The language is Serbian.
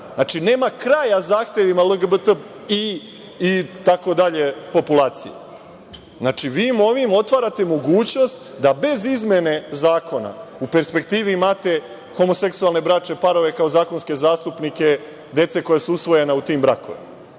Znači, nema kraja zahtevima LGBTI itd, populaciji. Znači, vi im ovim otvarate mogućnost da bez izmene zakona u perspektivi imate homoseksualne bračne parove kao zakonske zastupnike dece koja su usvojena u tim brakovima.